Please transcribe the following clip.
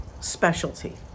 specialty